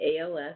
ALS